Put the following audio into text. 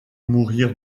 mourir